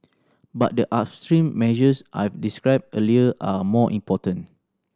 but the upstream measures I've described earlier are more important